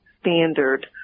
standard